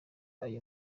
ayo